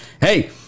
Hey